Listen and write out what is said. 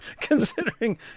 Considering